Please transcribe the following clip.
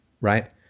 right